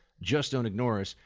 just don't ignore us,